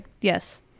Yes